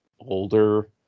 older